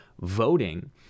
voting